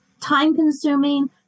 time-consuming